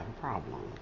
problem